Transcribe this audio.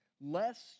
Lest